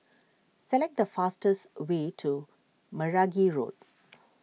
select the fastest way to Meragi Road